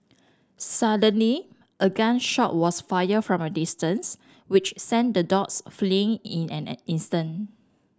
suddenly a gun shot was fired from a distance which sent the dogs fleeing in an an instant